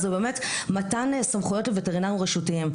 זה באמת מתן סמכויות לווטרינרים רשותיים.